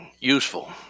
useful